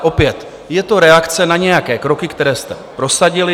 Opět je to reakce na nějaké kroky, které jste prosadili.